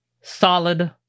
solid